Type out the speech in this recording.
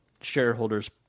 shareholders